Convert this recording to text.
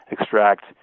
extract